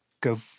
go